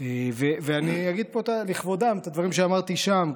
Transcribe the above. ואני אגיד פה לכבודם את הדברים שאמרתי שם,